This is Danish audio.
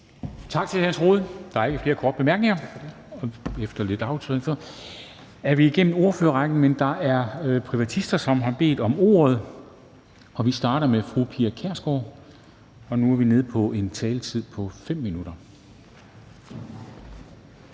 Tak til hr. Jens Rohde. Der er ikke flere korte bemærkninger. Så er vi igennem ordførerrækken, men der er privatister, som har bedt om ordet. Vi starter med fru Pia Kjærsgaard, og vi er nu nede på en taletid på 5 minutter.